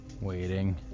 waiting